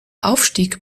aufstieg